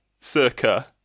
Circa